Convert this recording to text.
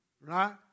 right